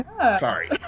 Sorry